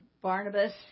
Barnabas